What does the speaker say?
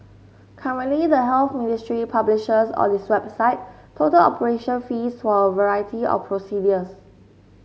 currently the Health Ministry publishes on its website total operation fees for a variety of procedures